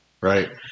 right